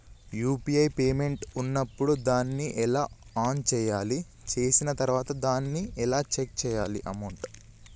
UPI payment ఉన్నప్పుడు దాన్ని ఎలా ఆన్ చేయాలి? చేసిన తర్వాత దాన్ని ఎలా చెక్ చేయాలి అమౌంట్?